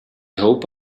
hope